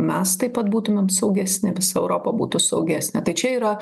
mes taip pat būtumėm saugesni visa europa būtų saugesnė tai čia yra